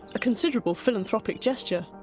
a considerable philanthropic gesture.